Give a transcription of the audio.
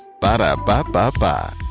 Ba-da-ba-ba-ba